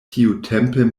tiutempe